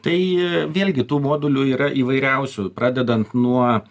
tai vėlgi tų modulių yra įvairiausių pradedant nuo